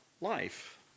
life